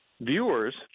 viewers